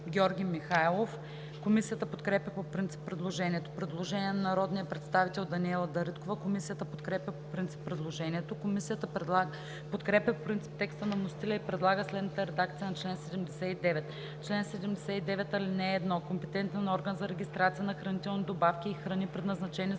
Георги Михайлов. Комисията подкрепя по принцип предложението. Предложение на народния представител Даниела Дариткова. Комисията подкрепя по принцип предложението. Комисията подкрепя по принцип текста на вносителя и предлага следната редакция на чл. 79: „Чл. 79. (1) Компетентен орган за регистрация на хранителни добавки и храни, предназначени за